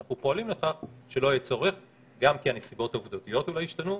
אנחנו פועלים לכך שלא יהיה צורך גם כי הנסיבות העובדתיות אולי השתנו,